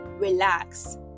relax